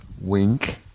Wink